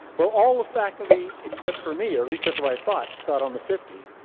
will all the faculty except for me, at least that's what i thought, saw it on the fifty.